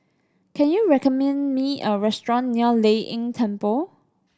can you recommend me a restaurant near Lei Yin Temple